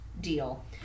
deal